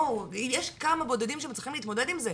יש כמה בודדים שמצליחים להתמודד עם זה,